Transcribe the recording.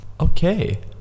okay